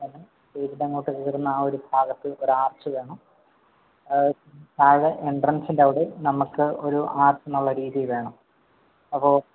അത് സ്റ്റേജിൻ്റെ അങ്ങോട്ട് കയറുന്ന ആ ഒരു ഭാഗത്ത് ഒരു ആർച്ച് വേണം താഴെ എൻട്രൻസിൻ്റെ അവിടെ നമുക്ക് ഒരു ആർച്ച് എന്നുള്ള രീതിയിൽ വേണം അപ്പോൾ